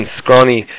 scrawny